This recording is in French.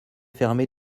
fermée